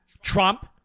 Trump